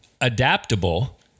Adaptable